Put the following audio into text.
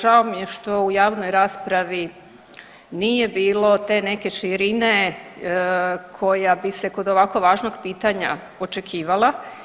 Žao mi je što u javnoj raspravi nije bilo te neke širine koja bi se kod ovako važnog pitanja očekivala.